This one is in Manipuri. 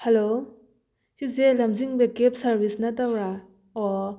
ꯍꯂꯣ ꯁꯤꯁꯦ ꯂꯝꯖꯤꯡꯕ ꯀꯦꯞ ꯁꯔꯚꯤꯁ ꯅꯠꯇꯕ꯭ꯔꯥ ꯑꯣ